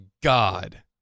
god